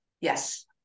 yes